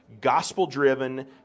gospel-driven